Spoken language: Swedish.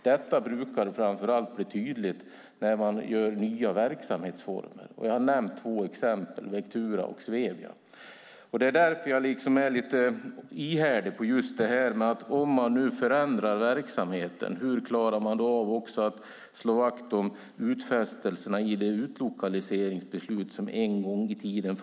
Det brukar bli tydligt framför allt när man gör nya verksamhetsformer, och jag har nämnt två exempel på det: Vectura och Svevia. Därför är jag lite ihärdig: Om man nu förändrar verksamheten, hur klarar man då också av att slå vakt om utfästelserna i det utlokaliseringsbeslut som fattades en gång i tiden?